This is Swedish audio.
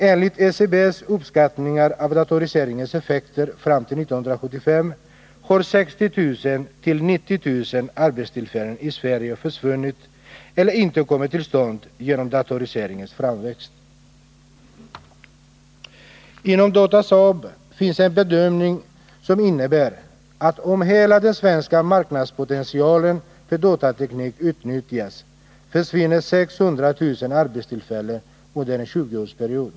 Enligt SCB:s uppskattningar av datoriseringens effekter fram till 1975 har 60 000-90 000 arbetstillfällen i Sverige försvunnit eller inte kommit till stånd genom datoriseringens framväxt. Inom Datasaab finns en bedömning som innebär att om hela den svenska marknadspotentialen för datateknik utnyttjas försvinner 600 000 arbetstillfällen under en 20-årsperiod.